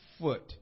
foot